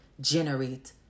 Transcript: generate